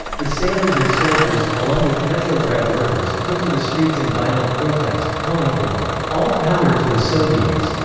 the sailors and soldiers, along with petrograd workers, took to the streets in violent protest, calling for all power to the soviets.